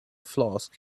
flask